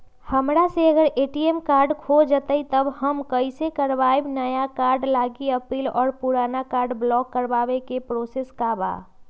हमरा से अगर ए.टी.एम कार्ड खो जतई तब हम कईसे करवाई नया कार्ड लागी अपील और पुराना कार्ड ब्लॉक करावे के प्रोसेस का बा?